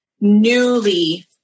newly